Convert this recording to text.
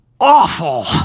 awful